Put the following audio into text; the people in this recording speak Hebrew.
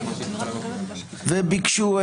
וביקשו,